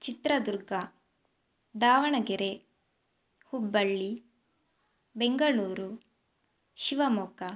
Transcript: Chitradurga Davanagere Hubballi Bengaluru Shivamogga